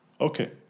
Okay